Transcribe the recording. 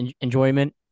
enjoyment